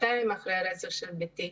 שנתיים אחרי הרצח של בתי,